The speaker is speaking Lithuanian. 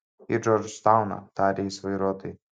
į džordžtauną tarė jis vairuotojui